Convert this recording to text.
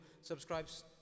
subscribes